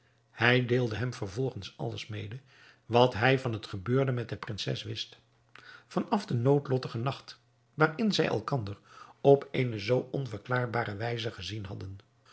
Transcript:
hij deelde hem vervolgens alles mede wat hij van het gebeurde met de prinses wist van af den noodlottigen nacht waarin zij elkander op eene zoo onverklaarbare wijze gezien hadden